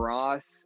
Ross